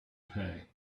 pay